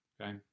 okay